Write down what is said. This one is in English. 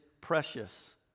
precious